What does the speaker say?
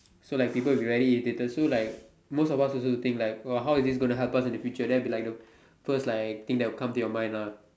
so like people will be very irritated so like most of us also think like how is this going to happen in the future then it'll be like the first like thing that'll come to your mind lah